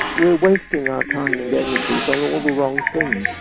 we are wasting our time and energies on all the wrong things.